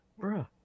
Bruh